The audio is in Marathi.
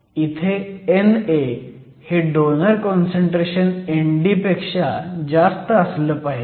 इथे NA हे डोनर काँसंट्रेशन ND पेक्षा जास्त असलं पाहिजे